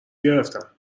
گرفتم